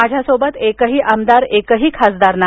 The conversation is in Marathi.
माझ्यासोबत एकही आमदार एकही खासदार नाही